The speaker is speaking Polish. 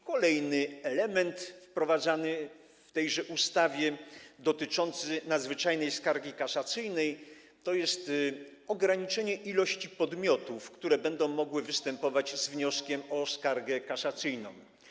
Kolejny element wprowadzany w tejże ustawie dotyczący nadzwyczajnej skargi kasacyjnej to ograniczenie ilości podmiotów, które będą mogły występować z wnioskiem o skargę kasacyjną.